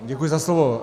Děkuji za slovo.